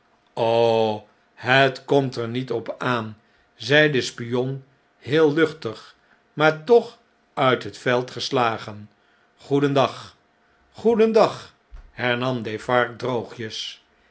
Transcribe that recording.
het komt er niet op aan zei de spion heel luchtig maar toch uit het veldgeslagen goedendag goedendag hernam defarge droogjes